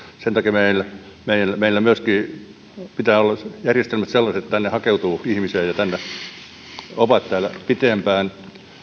sen takia meillä myöskin pitää olla järjestelmät sellaiset että tänne hakeutuu ihmisiä ja he ovat täällä pitempään